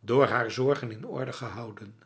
door haar zorgen in orde gehouden